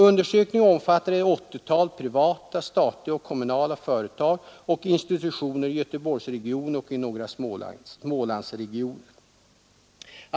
Undersökningen omfattar nu ett 80-tal privata, statliga och kommunala företag samt institutioner i Göteborgsregionen och i några Smålandsregioner.